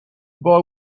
boy